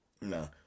No